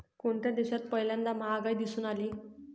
कोणत्या देशात पहिल्यांदा महागाई दिसून आली?